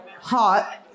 Hot